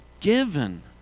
given